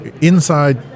inside